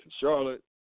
Charlotte